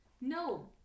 No